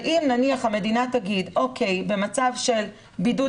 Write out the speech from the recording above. ואם נניח המדינה תגיד שבמצב של בידוד